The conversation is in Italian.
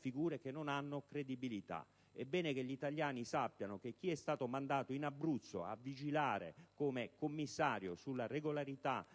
figure che non hanno credibilità. È bene che gli italiani sappiano che chi è stato mandato in Abruzzo a vigilare come commissario sulla regolarità